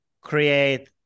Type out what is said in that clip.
create